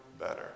better